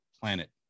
planet